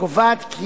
הקובעת כי